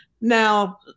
now